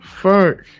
fuck